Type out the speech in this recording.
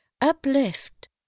uplift